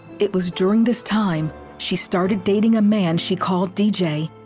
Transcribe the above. it was during this time she started dating a man she called d j,